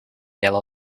yellow